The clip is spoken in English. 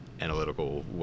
analytical